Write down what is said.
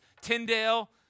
Tyndale